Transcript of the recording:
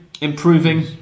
improving